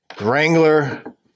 Wrangler